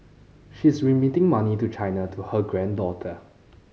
she's remitting money to China to her granddaughter